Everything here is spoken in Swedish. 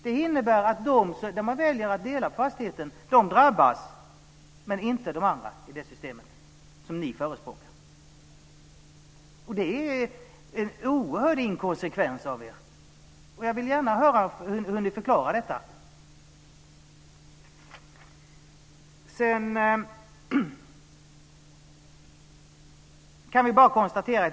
Det innebär att de som väljer att dela på fastigheten drabbas men inte de andra i ett sådant system som ni förespråkar. Det är en oerhörd inkonsekvens av er. Jag vill gärna höra hur ni förklarar detta.